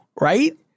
right